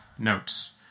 notes